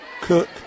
Cook